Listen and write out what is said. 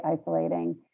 isolating